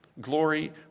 Glory